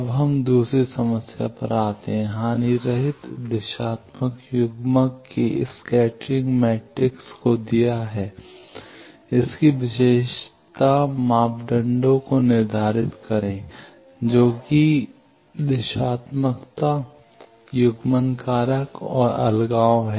अब हम दूसरी समस्या पर आते हैं हानिरहित दिशात्मक युग्मक के स्कैटरिंग मैट्रिक्स को दिया है इसकी विशेषता मापदंडों को निर्धारित करें जो कि दिशात्मकता युग्मन कारक और अलगाव है